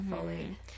fully